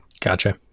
gotcha